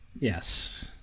Yes